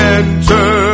enter